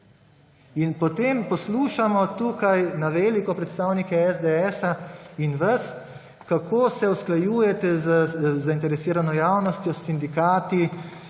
potem poslušamo tukaj na veliko predstavnike SDS in vas, kako se usklajujete z zainteresirano javnostjo, s sindikati,